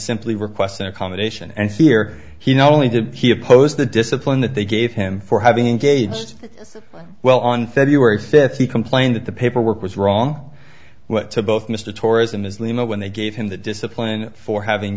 simply request an accommodation and here he not only did he oppose the discipline that they gave him for having gauged as well on february fifth he complained that the paperwork was wrong went to both mr tourism is lima when they gave him the discipline for having